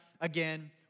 again